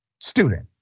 student